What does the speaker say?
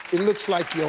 it looks like